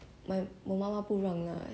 last time right also 我们